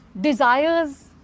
desires